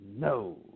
No